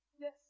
Yes